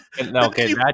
Okay